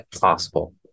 possible